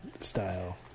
style